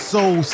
Soul